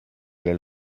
del